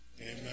Amen